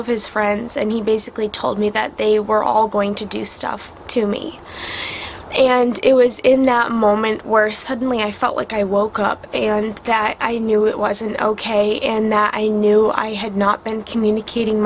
of his friends and he basically told me that they were all going to do stuff to me and it was in the moment where suddenly i felt like i woke up that i knew it wasn't ok and that i knew i had not been communicating